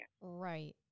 right